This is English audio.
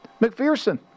McPherson